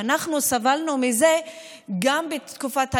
ואנחנו סבלנו מזה גם בתקופת הלימודים,